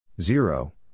Zero